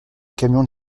camion